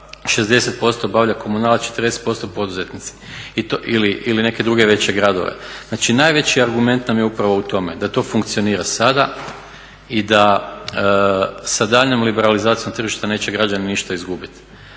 60% obavlja komunala, 40% poduzetnici. Ili neke druge veće gradove. Znači najveći argument nam je upravo u tome da to funkcionira sada i da sa daljnjom liberalizacijom tržišta neće građani ništa izgubiti.